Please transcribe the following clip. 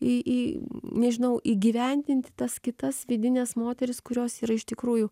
į į nežinau įgyvendinti tas kitas vidines moteris kurios yra iš tikrųjų